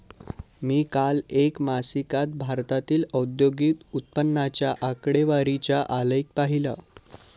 काल मी एका मासिकात भारतातील औद्योगिक उत्पन्नाच्या आकडेवारीचा आलेख पाहीला